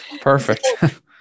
perfect